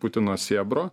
putino sėbro